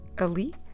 ali